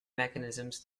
mechanisms